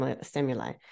stimuli